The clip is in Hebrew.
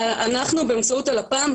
רשמת האגודות השיתופיות,